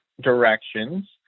directions